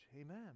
Amen